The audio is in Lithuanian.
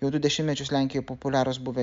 jau du dešimtmečius lenkijoj populiarūs buvę